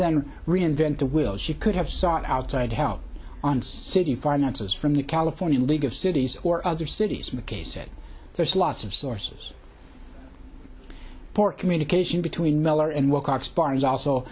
than reinvent the will she could have sought outside help on city finances from the california league of cities or other cities mckay said there's lots of sources for communication between miller and wilcox barnes also